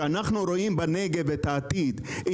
וכשאנחנו רואים בנגב את העתיד,